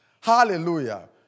Hallelujah